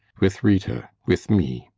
with rita. with me.